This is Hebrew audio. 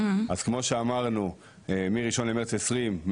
אז כמו שאמרנו מ- 1 למרץ 2020,